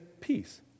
Peace